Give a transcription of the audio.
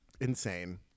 insane